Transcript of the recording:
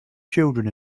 children